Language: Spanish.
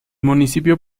municipio